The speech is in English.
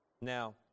Now